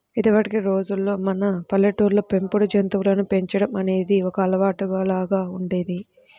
ఇదివరకటి రోజుల్లో మన పల్లెటూళ్ళల్లో పెంపుడు జంతువులను పెంచడం అనేది ఒక అలవాటులాగా ఉండేది